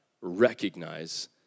recognize